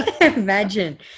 Imagine